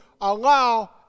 allow